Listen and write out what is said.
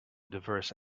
diverse